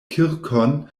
kirkon